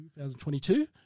2022